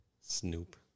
Snoop